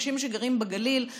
אנשים שגרים בגליל,